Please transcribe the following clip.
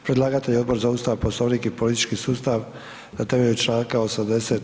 Predlagatelj je Odbor za Ustav, Poslovnik i politički sustav na temelju čl. 80.